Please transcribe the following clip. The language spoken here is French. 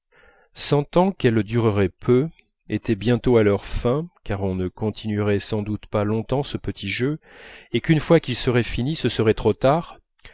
sentant qu'elles dureraient peu étaient bientôt à leur fin car on ne continuerait sans doute pas longtemps ce petit jeu et qu'une fois qu'il serait fini ce serait trop tard